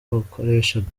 bakoreshaga